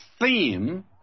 theme